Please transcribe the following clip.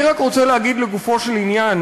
אני רק רוצה להגיד לגופו של עניין,